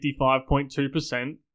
55.2%